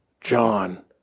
John